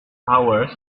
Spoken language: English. towers